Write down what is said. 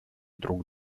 друг